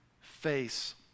face